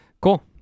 Cool